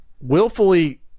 willfully